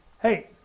hey